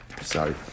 sorry